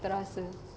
terasa